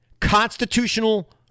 constitutional